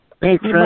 Thanks